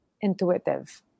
intuitive